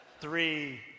Three